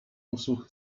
usług